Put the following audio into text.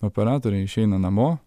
operatoriai išeina namo